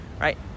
Right